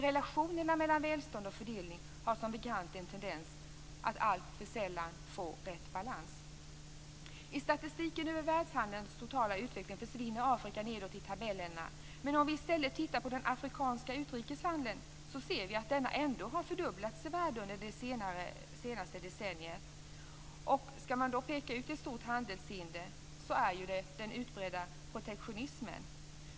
Relationerna mellan välstånd och fördelning har dock som bekant en tendens att alltför sällan få rätt balans. I statistiken över världshandelns totala utveckling försvinner Afrika nedåt i tabellerna. Men om vi i stället tittar på den afrikanska utrikeshandeln ser vi att denna ändå har fördubblats i värde under det senaste decenniet. Skall man peka ut ett stort handelshinder är det den utbredda protektionismen.